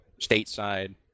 stateside